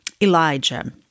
Elijah